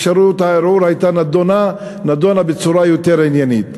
אפשרות הערעור הייתה נדונה בצורה יותר עניינית.